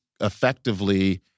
effectively